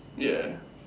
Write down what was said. ya